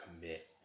commit